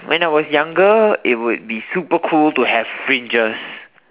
when I was younger it would be super cool to have fringes